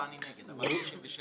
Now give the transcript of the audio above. לסעיף 1 לא אושרה ותעלה למליאה לקריאה